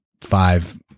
five